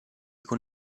con